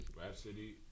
Rhapsody